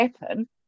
happen